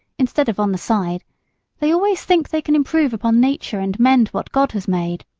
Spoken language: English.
instead of on the side they always think they can improve upon nature and mend what god has made.